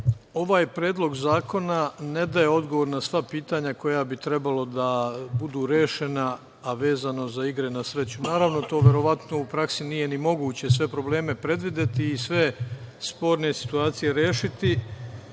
Ovaj predlog zakona ne daje odgovor na sva pitanja koja bi trebalo da budu rešena, a vezano za igre na sreću. Naravno, to verovatno u praksi nije ni moguće sve probleme predvideti i sve sporne situacije rešiti. Ono